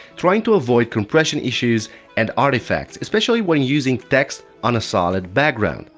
trying to avoid compression issues and artifacts, especially when using text on a solid background.